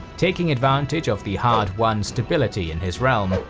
taking advantage of the hard won stability in his realm,